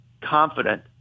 confident